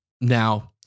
Now